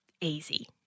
easy